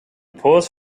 paused